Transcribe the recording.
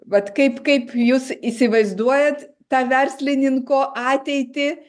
vat kaip kaip jūs įsivaizduojat tą verslininko ateitį